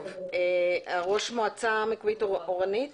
ראש מועצה מקומית אורנית